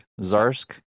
Zarsk